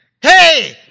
hey